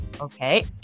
okay